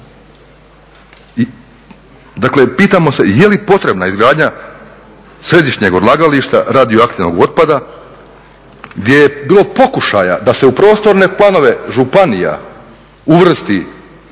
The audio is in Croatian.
Dakle, pitamo se je li potrebna izgradnja središnjeg odlagališta radioaktivnog otpada gdje je bilo pokušaja da se u prostorne planove županija uvrsti